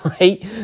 right